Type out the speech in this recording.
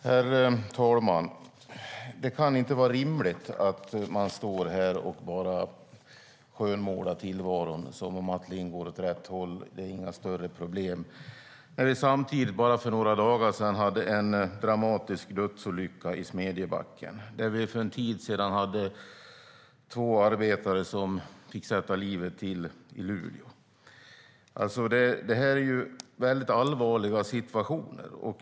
Herr talman! Det är inte rimligt att stå här och skönmåla tillvaron som om allt går åt rätt håll och det inte är några större problem när vi hade en dramatisk dödsolycka i Smedjebacken för några dagar sedan och två arbetare fick sätta livet till i Luleå för en tid sedan. Det här är mycket allvarliga situationer.